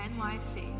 nyc